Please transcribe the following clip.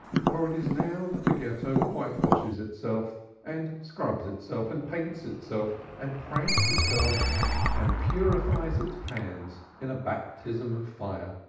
for it is now that the ghetto whitewashes itself and scrubs itself and paints itself and pranks itself and purifies its pans in a baptism of fire.